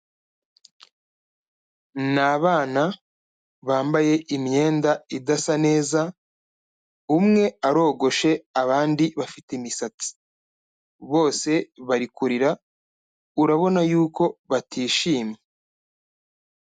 Ni abana bambaye imyenda idasa neza, umwe arogoshe abandi bafite imisatsi, bose bari kurira urabona yuko batishimye.